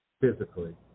physically